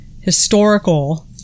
historical